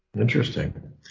Interesting